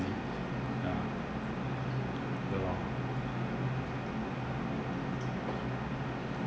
ya ya lor